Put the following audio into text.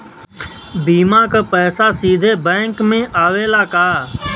बीमा क पैसा सीधे बैंक में आवेला का?